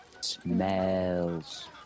smells